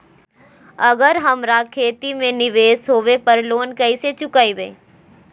अगर हमरा खेती में निवेस होवे पर लोन कैसे चुकाइबे?